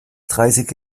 dreißig